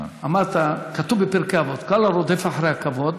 אמרת שכתוב בפרקי אבות: כל הרודף אחרי הכבוד,